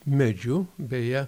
medžiu beje